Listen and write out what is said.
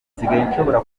nshobora